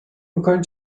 میکنی